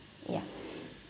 ya